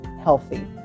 healthy